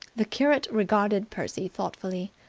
the curate regarded percy thoughtfully.